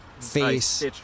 face